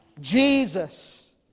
Jesus